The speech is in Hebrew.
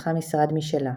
פתחה משרד משלה.